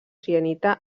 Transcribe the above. sienita